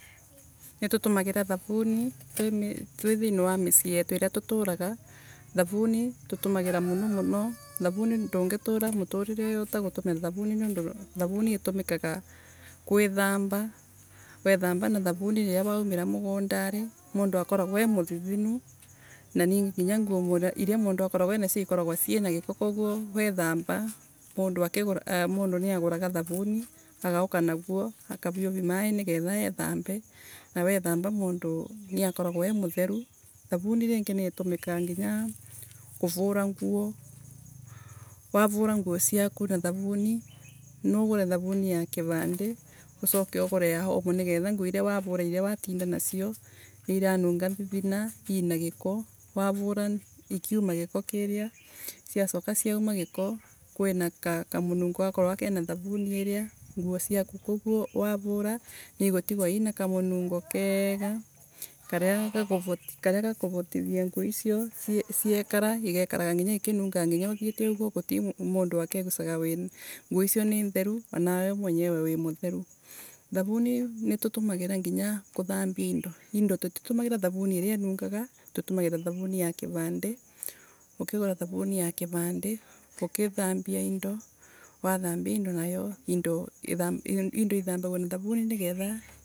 Nitutumagira thavuni twi ya mucii yetu iria tuturaga. Thavuni tutumagira muno muno, thavuni tungitura muturire uyu utagutumira thavuni mundu thavuni itumikaga kwithamba, wethamba na thavuni riria waumira mugunda mundu akoragwa e muthithinu, na nginya nguo iria mundu akoragwa cio ikoragwa ina giiko, koguo wethamba, mundu akiigu mundu niaguraga thavuni agauka naguo akiviuvia maii nigetha ethambe na wethamba mundu niakoragwa e mutheru. Thavuni ringi ni itumikaga nginya kuvura nguo. wavura nguo ciaku na thavuni, na ugure thavuni ugure ya omo nigetha nguo iria watinda nacio, ina nthithina, ina giiko. Wavura ciume giko kiria, cia coka kuuma giiko kwina kamunungo gakoragwa kena thavuni iria. Nguo ciaku koguo wavura ni igatigwa ina kamuriungo keega karia gakuvatithia nguo icio ciekara egakaraga nginya ikinunganga, nginya uthiete uguo mundu wi, nguo icio ni ntheru anawe mwenyewe wi mutheru. Thavuni mitutumagira nginya kuthambia indo. Indo tutitumagira thavuni iria inungaga, tutumagira thavuni ya kivande. Ukigura thavuni ya kivande ukithambia indo. Wathambia indo nayo, indo ithambagia nathavuni ni getha